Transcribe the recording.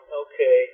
okay